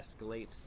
escalate